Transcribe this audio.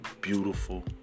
beautiful